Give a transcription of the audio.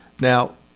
Now